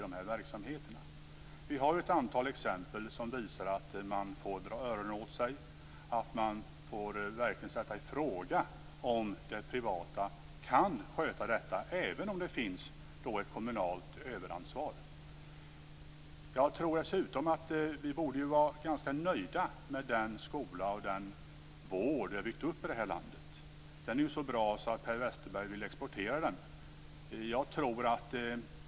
Det finns ett antal exempel som visar att man får dra öronen åt sig och verkligen ifrågasätta om det privata kan sköta detta, även om det finns ett kommunalt överansvar. Vi borde vara ganska nöjda med den skola och vård vi har byggt upp här i landet. Den är så bra att Per Westerberg vill exportera den.